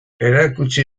erakutsi